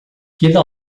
queda